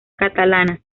catalanas